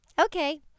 Okay